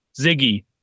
Ziggy